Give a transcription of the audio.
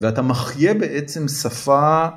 ואתה מחיה בעצם שפה